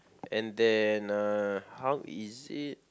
and then uh how is it